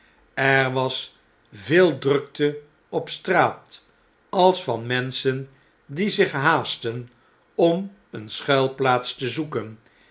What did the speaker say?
er was veel drukte op straat als van menschen die zich haastten om eene schuilplaits te zoeken